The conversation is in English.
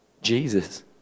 Jesus